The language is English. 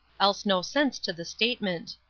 else no sense to the statement.